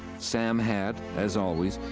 sam had as always,